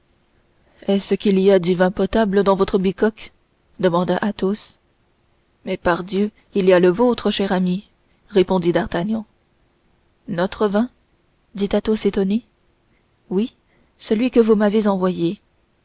est-ce qu'il y a du vin potable dans votre bicoque demanda athos mais pardieu il y a le vôtre cher ami répondit d'artagnan notre vin fit athos étonné oui celui que vous m'avez envoyé